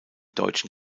deutschen